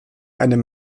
einem